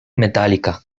metàl·lica